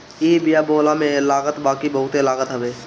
इ बिया बोअला में लागत बाकी बहुते लागत हवे